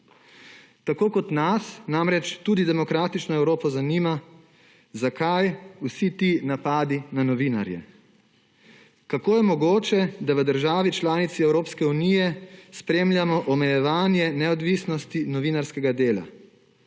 Tako kot nas namreč tudi demokratično Evropo zanima, zakaj vsi ti napadi na novinarje. Kako je mogoče, da v državi članici Evropske unije spremljamo omejevanje neodvisnosti novinarskega dela?